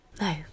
No